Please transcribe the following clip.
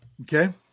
Okay